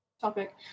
topic